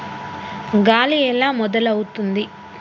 గాలి ఎలా మొదలవుతుంది?